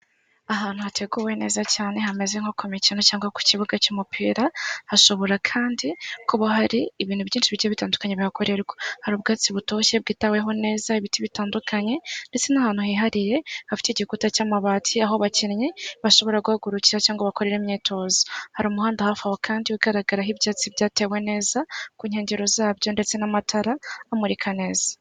Ahantu hateguwe neza cyane hameze nko ku mikino cyangwa ku kibuga cy'umupira, hashobora kandi kuba hari ibintu byinshi bigiye bitandukanye bikorerwa, hari ubwatsi butoshye bwitaweho neza, ibiti bitandukanye ndetse n'ahantu hihariye hafite igikuta cy'amabati aho abakinnyi bashobora guhagurukira cyangwa bakore imyitozo, hari umuhanda hafi aho kandi ugaragaraho ibyatsi byatewe neza, ku nkengero zabyo ndetse n'amatara amurika neza.